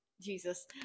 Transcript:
Jesus